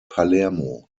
palermo